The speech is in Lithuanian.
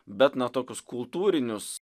bet na tokius kultūrinius